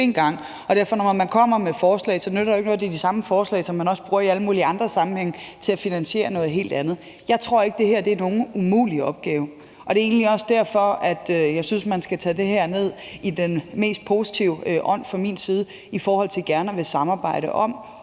at når man kommer med forslag, nytter det ikke noget, at det er de samme forslag, som man også bruger i alle mulige andre sammenhænge til at finansiere noget helt andet. Jeg tror ikke, at det her er nogen umulig opgave, og det er egentlig også derfor, at jeg synes, man skal tage det her ned i den mest positive ånd, i forhold til at jeg siger, at jeg gerne at ville samarbejde om